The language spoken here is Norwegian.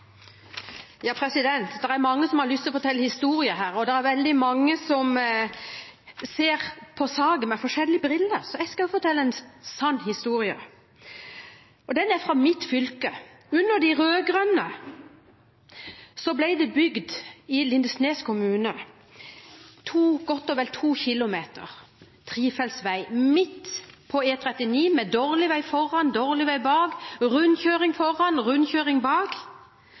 og det er veldig mange som ser på saken med forskjellige briller. Jeg skal fortelle en sann historie, og den er fra mitt fylke. Under de rød-grønne ble det i Lindesnes kommune bygd godt og vel 2 km trefeltsvei midt på E39 – med dårlig vei før og etter og med rundkjøring